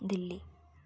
Delhi